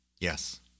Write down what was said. Yes